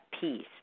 peace